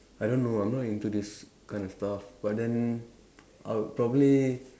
I don't know I'm not into this kind of stuff but then I would probably